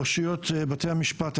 מאושיות בתי המשפט,